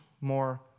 more